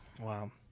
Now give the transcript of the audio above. wow